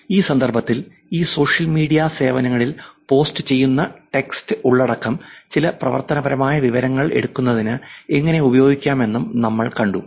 ഈ സന്ദർഭത്തിൽ ഈ സോഷ്യൽ മീഡിയ സേവനങ്ങളിൽ പോസ്റ്റു ചെയ്യുന്ന ടെക്സ്റ്റ് ഉള്ളടക്കം ചില പ്രവർത്തനപരമായ വിവരങ്ങൾ എടുക്കുന്നതിന് എങ്ങനെ ഉപയോഗിക്കാമെന്നും നമ്മൾ കണ്ടു